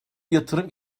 yatırım